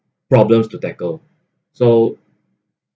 problems to tackle so